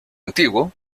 antiguo